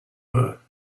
her